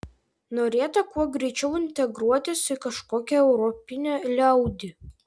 norėta kuo greičiau integruotis į kažkokią europinę liaudį